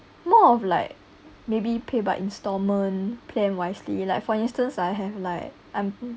more of like maybe pay by installment plan wisely like for instance I have like I'm